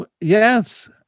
Yes